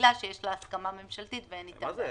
רגילה שיש לה הסכמה ממשלתית ואין איתה בעיה.